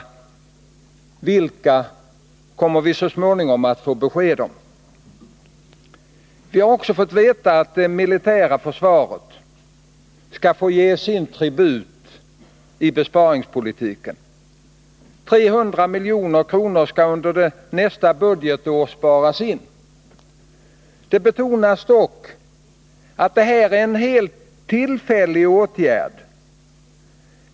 Vilka det blir kommer vi så småningom att få besked om. Vi har också fått veta att det militära försvaret skall få ge sin tribut åt besparingspolitiken. 300 milj.kr. skall under nästa budgetår sparas in. Det betonas dock att det är en helt tillfällig åtgärd.